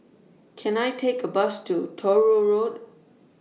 Can I Take A Bus to Truro Road